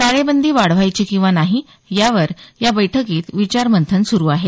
टाळेबंदी वाढवायची किंवा नाही यावर या बैठकीत विचारमंथन सुरु आहे